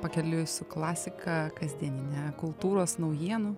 pakeliui su klasika kasdienine kultūros naujienų